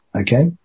okay